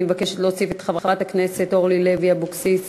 אני מבקשת להוסיף את חברת הכנסת אורלי לוי אבקסיס